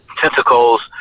tentacles